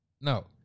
No